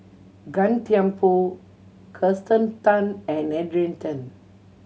Gan Thiam Poh Kirsten Tan and Adrian Tan